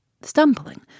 Stumbling